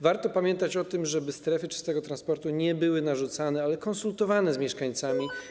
Warto pamiętać o tym, żeby strefy czystego transportu nie były narzucane, ale konsultowane z mieszkańcami.